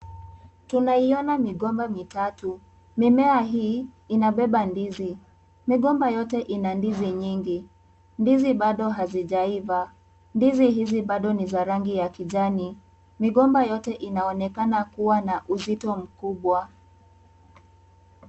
Tunaiona migomba mitatu. Mimea hii inabeba ndizi. Mgomba yote ina ndizi nyingi. Ndizi bado hazijaiva. Ndizi hizi bado ni za rangi ya kijani. Migomba yote inaonekana kuwa na uzito mkubwa.